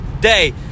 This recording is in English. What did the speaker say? day